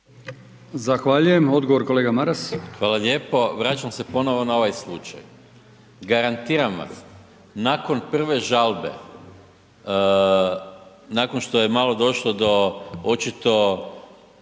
Zahvaljujem. Odgovor kolega Maras. **Maras, Gordan (SDP)** Hvala lijepo. Vraćam se ponovo na ovaj slučaj. Garantiram vam nakon prve žalbe nakon što je malo došlo do očito